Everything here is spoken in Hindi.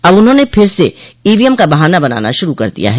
अब उन्होंने फिर से ईवीएम का बहाना बनाना शूरू कर दिया हैं